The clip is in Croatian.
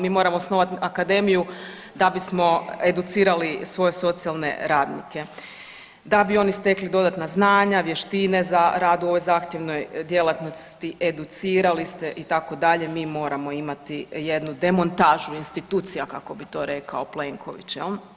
Mi moramo osnovat akademiju da bismo educirali svoje socijalne radnike da bi oni stekli dodatna znanja, vještine za rad u ovoj zahtjevnoj djelatnosti, educirati se itd., mi moramo imati jednu demontažu institucija kako bi to rekao Plenković jel.